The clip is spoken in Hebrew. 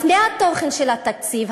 לפני התוכן של התקציב,